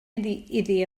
iddi